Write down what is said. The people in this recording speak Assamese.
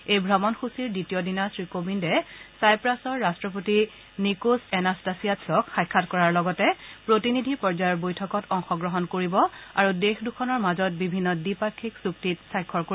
এই ভ্ৰমণসূচীৰ দ্বিতীয় দিনা শ্ৰীকোবিন্দে ছাইপ্ৰাছৰ ৰাট্টপতি নিকোছ এনাস্তাছিয়াদছক সাক্ষাৎ কৰাৰ লগতে প্ৰতিনিধি পৰ্যায়ৰ বৈঠকত অংশগ্ৰহণ কৰিব আৰু দেশ দুখনৰ মাজত বিভিন্ন দ্বিপাক্ষিক চুক্তিত স্বাক্ষৰ কৰিব